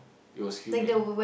it was humid